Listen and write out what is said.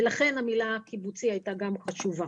לכן המילה קיבוצי הייתה גם חשובה.